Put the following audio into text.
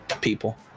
People